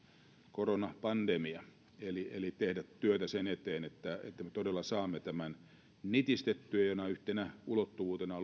koronapandemia eli tehdä työtä sen eteen että me todella saamme tämän nitistettyä minkä yhtenä ulottuvuutena